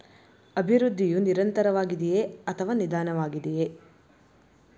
ಅಭಿವೃದ್ಧಿಯು ನಿರಂತರವಾಗಿದೆಯೇ ಅಥವಾ ನಿಧಾನವಾಗಿದೆಯೇ?